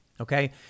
okay